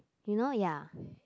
you know ya